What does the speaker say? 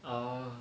uh